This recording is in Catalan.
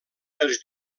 els